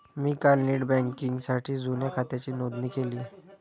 मी काल नेट बँकिंगसाठी जुन्या खात्याची नोंदणी केली